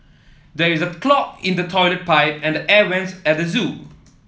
there is a clog in the toilet pipe and the air vents at the zoo